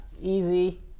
easy